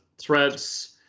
threats